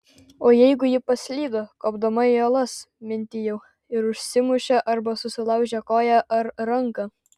o jeigu ji paslydo kopdama į uolas mintijau ir užsimušė arba susilaužė koją ar ranką